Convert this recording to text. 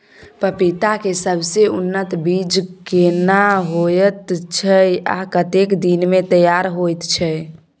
पपीता के सबसे उन्नत बीज केना होयत छै, आ कतेक दिन में तैयार होयत छै?